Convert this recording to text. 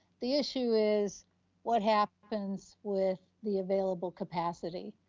the issue is what happens with the available capacity?